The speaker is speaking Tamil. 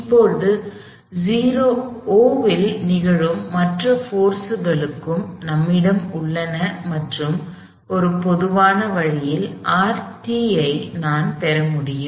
இப்போது O இல் நிகழும் மற்ற போர்ஸ்களும் நம்மிடம் உள்ளன மற்றும் ஒரு பொதுவான வழியில் Rt ஐ நான் பெற முடியும்